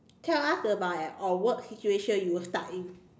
tell us about a a work situation you were stuck in